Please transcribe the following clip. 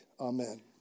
Amen